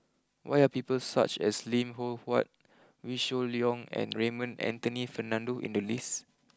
why are people such as Lim Loh Huat Wee Shoo Leong and Raymond Anthony Fernando in the list